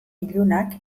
ilunak